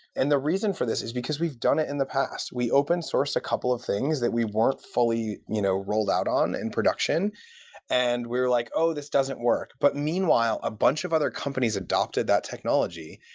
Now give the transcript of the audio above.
and the reason for this is because we've done it in the past. we open-sourced a couple of things that we weren't fully you know rolled out on in production and we're like, oh! this doesn't work. but meanwhile, a bunch of other companies adopted that technology,